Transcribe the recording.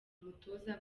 umutoza